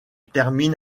termine